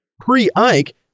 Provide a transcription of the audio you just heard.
Pre-Ike